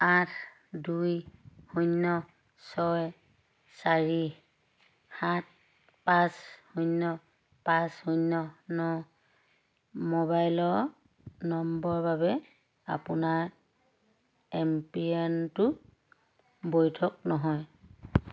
আঠ দুই শূন্য ছয় চাৰি সাত পাঁচ শূন্য পাঁচ শূন্য ন মোবাইলৰ নম্বৰৰ বাবে আপোনাৰ এম পিনটো বৈধ নহয়